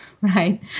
right